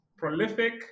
Prolific